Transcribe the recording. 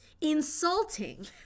insulting